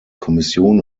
kommission